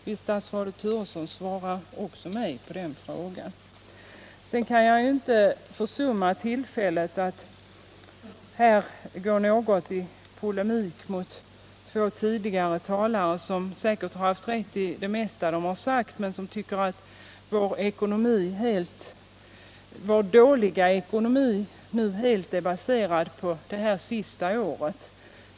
Vill statsrådet Turesson svara mig också på den frågan? Sedan kan jag inte försumma tillfället att här gå något i polemik mot två tidigare talare, som säkert haft rätt i det mesta de sagt men som tycker att vår nuvarande dåliga ekonomi helt är baserad på vad som skett under det senaste året.